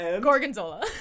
Gorgonzola